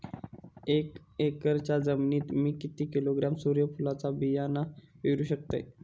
एक एकरच्या जमिनीत मी किती किलोग्रॅम सूर्यफुलचा बियाणा पेरु शकतय?